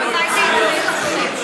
הממשלה,